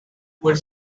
were